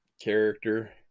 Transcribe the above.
character